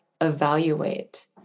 evaluate